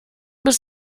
bis